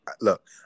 look